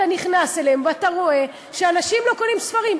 אתה נכנס אליהן ואתה רואה שאנשים לא קונים ספרים.